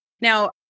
Now